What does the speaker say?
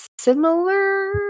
similar